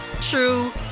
true